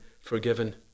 forgiven